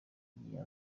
igihe